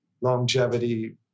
longevity